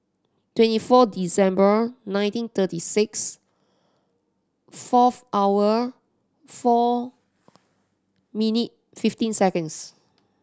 twenty four December nineteen thirty six fourth hour four minute fifteen seconds